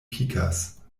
pikas